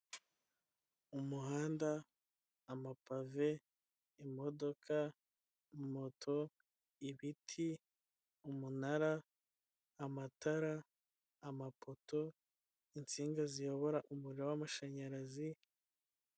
Umuhanda, amapave, imodoka, moto, ibiti, umunara, amatara, amapoto, insinga ziyobora umuriro w'amashanyarazi.